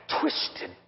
twisted